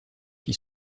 qui